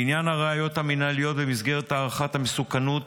לעניין הראיות המינהליות במסגרת הערכת המסוכנות,